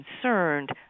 concerned